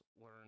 Learn